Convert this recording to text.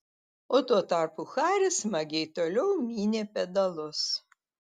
o tuo tarpu haris smagiai toliau mynė pedalus